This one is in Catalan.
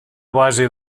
base